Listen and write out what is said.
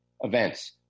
events